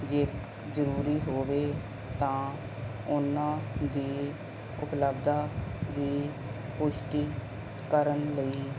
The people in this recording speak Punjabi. ਜੇ ਜ਼ਰੂਰੀ ਹੋਵੇ ਤਾਂ ਉਹਨਾਂ ਦੀ ਉਪਲਬਧਤਾ ਦੀ ਪੁਸ਼ਟੀ ਕਰਨ ਲਈ